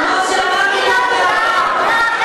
כמו שאמרתי לך בעבר,